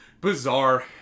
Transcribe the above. Bizarre